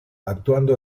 actuando